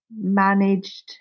managed